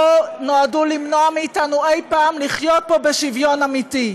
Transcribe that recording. או נועד למנוע מאתנו אי-פעם לחיות פה בשוויון אמיתי.